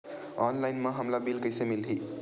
Online म हमला bill कइसे मिलही?